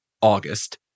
August